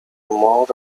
more